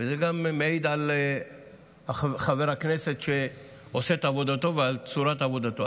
זה גם מעיד על חבר הכנסת שעושה את עבודתו ועל צורת עבודתו.